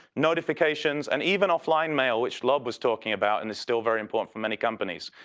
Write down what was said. notifications, and even offline mail which rob was talking about and is still very important for many companies.